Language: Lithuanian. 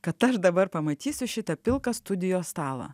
kad ar dabar pamatysiu šitą pilką studijos stalą